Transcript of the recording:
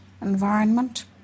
environment